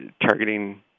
targeting